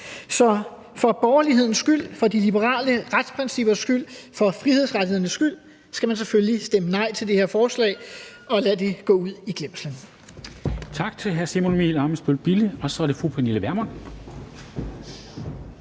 Så for borgerlighedens skyld, for de liberale retsprincippers skyld, for frihedsrettighedernes skyld skal man selvfølgelig stemme nej til det her forslag og lade det gå ud i glemslen.